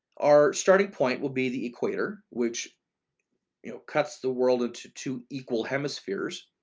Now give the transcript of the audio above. our starting point will be the equator, which you know cuts the world into two equal hemispheres.